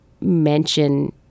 mention